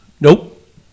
nope